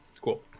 cool